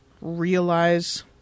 realize